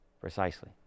precisely